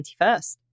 21st